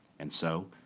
and so,